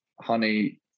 honey